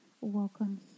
welcome